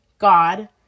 god